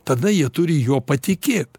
tada jie turi juo patikėt